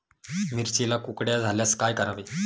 मिरचीला कुकड्या झाल्यास काय करावे?